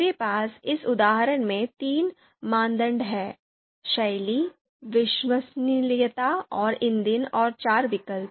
मेरे पास इस उदाहरण में तीन मानदंड हैं शैली विश्वसनीयता और ईंधन और चार विकल्प